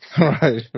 Right